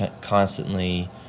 constantly